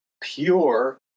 pure